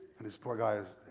and this poor guy,